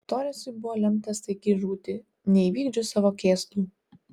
toresui buvo lemta staigiai žūti neįvykdžius savo kėslų